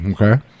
okay